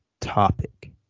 topic